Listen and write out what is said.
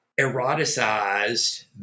eroticized